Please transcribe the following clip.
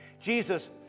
Jesus